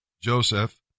Joseph